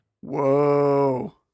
Whoa